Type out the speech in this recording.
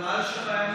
אבל אלשיך בא מבחוץ.